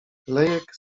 lejek